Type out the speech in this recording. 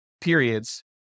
periods